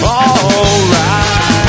alright